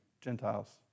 Gentiles